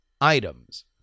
items